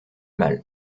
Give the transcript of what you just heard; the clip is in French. mal